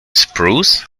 spruce